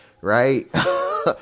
right